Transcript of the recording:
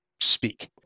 speak